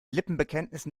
lippenbekenntnissen